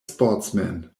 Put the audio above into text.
sportsmen